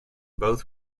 both